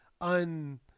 un